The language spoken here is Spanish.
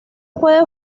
puede